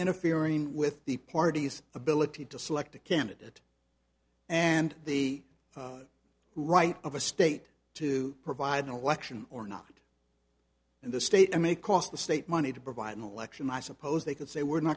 interfering with the parties ability to select a candidate and the right of a state to provide an election or not and the state may cost the state money to provide an election i suppose they could say we're not